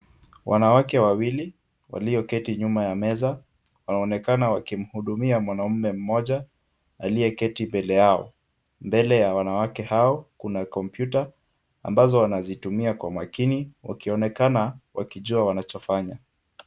Wanawake wawili, walioketi nyuma ya meza wanaonekana wakimhudumia mwanaume mmoja, aliyeketi mbele yao. Mbele ya wanawake hao kuna kompyuta ambazo wanazitumia kwa makini wakionekana wanajua wanachokifanya.